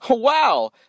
Wow